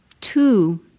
two